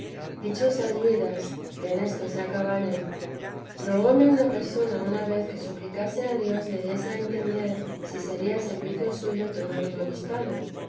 sirviesen dichosas vidas que en esto se acabaren rogóme una persona una vez que suplicase a dios le diese a entender si sería servicio suyo tomar un obispado